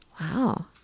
Wow